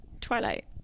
Twilight